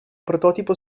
prototipo